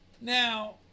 Now